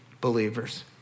believers